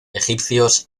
egipcios